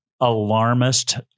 alarmist